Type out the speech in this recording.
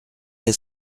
est